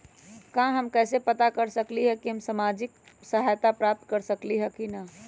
हम कैसे पता कर सकली ह की हम सामाजिक सहायता प्राप्त कर सकली ह की न?